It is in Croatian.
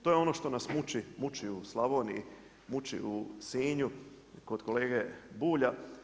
To je ono što nas muči u Slavoniji, muči u Sinju i kod kolega Bulja.